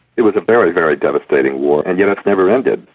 it was a very, very devastating war, and yet it's never ended.